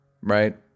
right